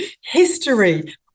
history